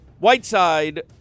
Whiteside